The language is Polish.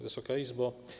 Wysoka Izbo!